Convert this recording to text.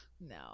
no